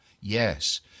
Yes